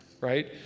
Right